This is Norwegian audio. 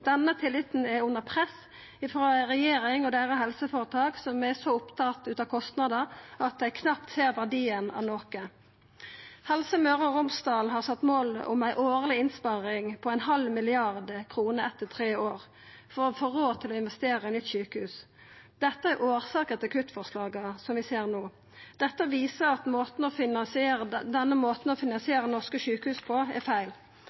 Denne tilliten er under press frå ei regjering – og deira helseføretak – som er så opptatt av kostnader at dei knapt ser verdien av noko. Helse Møre og Romsdal har sett som mål ei årleg innsparing på ein halv milliard kroner etter tre år for å få råd til å investera i nytt sjukehus. Dette er årsaka til kuttforslaga som vi ser no. Dette viser at denne måten å finansiera norske sjukehus på, er feil.